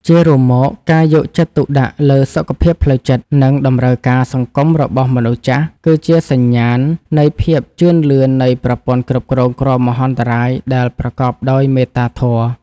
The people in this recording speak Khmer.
ជារួមមក ការយកចិត្តទុកដាក់លើសុខភាពផ្លូវចិត្ត និងតម្រូវការសង្គមរបស់មនុស្សចាស់ គឺជាសញ្ញាណនៃភាពជឿនលឿននៃប្រព័ន្ធគ្រប់គ្រងគ្រោះមហន្តរាយដែលប្រកបដោយមេត្តាធម៌។